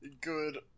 good